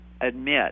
admit